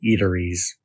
eateries